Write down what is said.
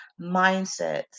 mindsets